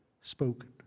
spoken